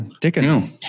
Dickens